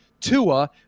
Tua